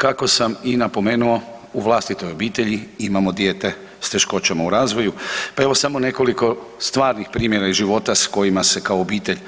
Kako sam i napomeno u vlastitoj obitelji imamo dijete s teškoćama u razvoju, pa evo samo nekoliko stvarnih primjera iz života s kojima se kao obitelj